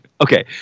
Okay